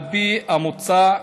על פי המוצע,